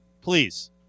please